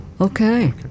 Okay